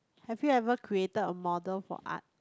have you ever created of model for art